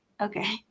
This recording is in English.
Okay